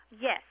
Yes